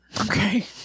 Okay